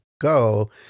go